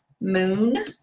Moon